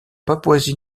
papouasie